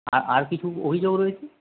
আর কিছু অভিযোগ রয়েছে